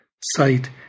sight